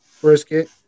brisket